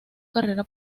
carrera